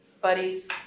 buddies